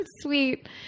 Sweet